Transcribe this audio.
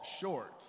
short